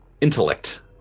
intellect